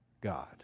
God